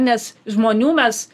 nes žmonių mes